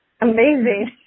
Amazing